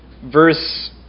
verse